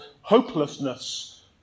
hopelessness